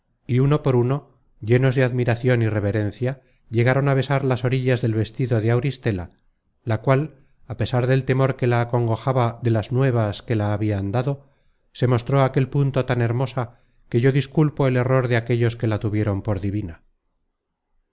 y uno por uno llenos de admiracion y reverencia llegaron á besar las orillas del vestido de auristela la cual á pesar del temor que la acongojaba de las nuevas que la habian dado se mostró á aquel punto tan hermosa que yo disculpo el error de aquellos que la tuvieron por divina